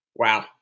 Wow